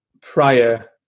prior